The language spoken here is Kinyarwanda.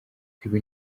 ibi